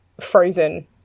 frozen